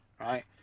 right